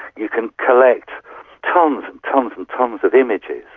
you can collect tonnes and tonnes and tonnes of images.